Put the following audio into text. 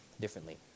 differently